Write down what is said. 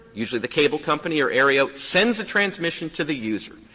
usually the cable company or aereo, sends a transmission to the user,